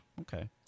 okay